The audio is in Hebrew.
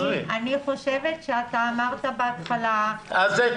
אתה אמרת בהתחלה מספר אחר.